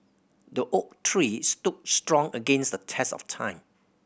the oak tree stood strong against the test of time